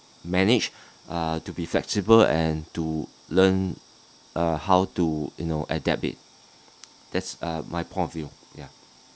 manage uh to be flexible and to learn uh how to you know adapt it that's uh my point of view ya